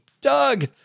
Doug